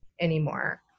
anymore